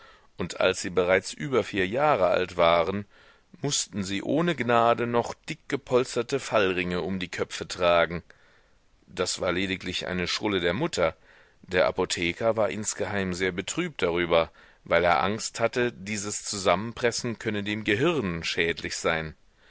und als sie bereits über vier jahre alt waren mußten sie ohne gnade noch dickgepolsterte fallringe um die köpfe tragen das war lediglich eine schrulle der mutter der apotheker war insgeheim sehr betrübt darüber weil er angst hatte dieses zusammenpressen könne dem gehirn schädlich sein